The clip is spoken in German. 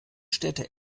städte